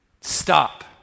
Stop